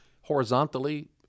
Horizontally